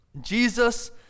Jesus